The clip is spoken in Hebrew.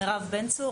אני מירב בן צור,